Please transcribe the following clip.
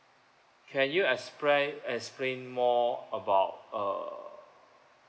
can you expla~ explain more about uh